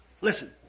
Listen